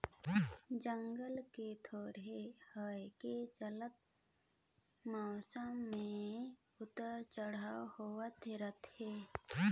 जंगल के थोरहें होए के चलते मउसम मे उतर चढ़ाव होवत रथे